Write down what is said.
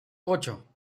ocho